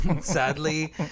sadly